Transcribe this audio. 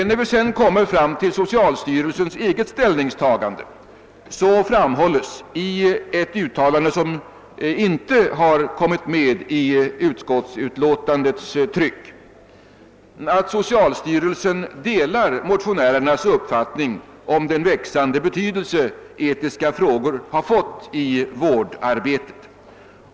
När vi sedan kommer till socialstyrelsens eget ställningstagande finner vi i ett uttalande, som inte har kommit med i utskottsutlåtandet, att styrelsen framhåller: »Socialstyrelsen delar motionärernas uppfattning om den växande be tydelse etiska frågor fått i vårdarbetet.